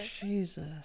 Jesus